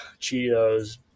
Cheetos